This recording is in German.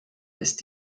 ist